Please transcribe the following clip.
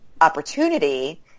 opportunity